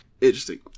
Interesting